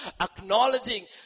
acknowledging